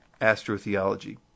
astrotheology